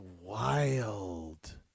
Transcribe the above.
wild